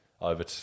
over